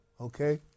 Okay